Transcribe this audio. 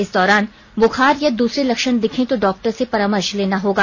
इस दौरान बूखार या दूसरे लक्षण दिखें तो डॉक्टर से परामर्श लेना होगा